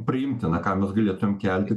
priimtina ką mes galėtumėm kelti